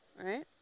right